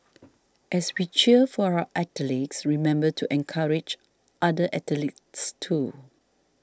as we cheer for our athletes remember to encourage other athletes too